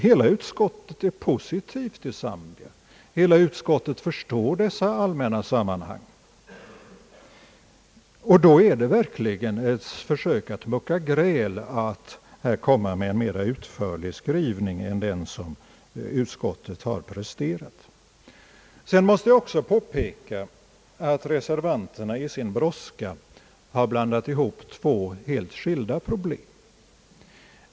Hela utskottet är som sagt positivt till Zambia när det för dessa allmänna resonemang, och då är det verkligen ett försök att mucka gräl när man före slår en mer utförlig skrivning än den som utskottet har presterat. Jag måste också påpeka att reservanterna i sin brådska har blandat ihop två helt skilda problem.